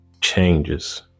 changes